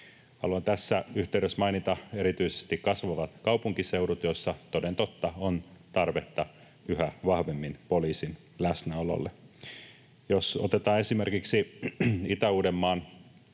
Haluan tässä yhteydessä mainita erityisesti kasvavat kaupunkiseudut, joilla toden totta on tarvetta yhä vahvemmin poliisin läsnäololle. Jos otetaan esimerkiksi Itä-Uudenmaan